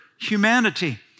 humanity